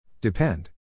Depend